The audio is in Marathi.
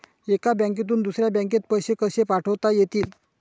एका बँकेतून दुसऱ्या बँकेत पैसे कसे पाठवता येतील?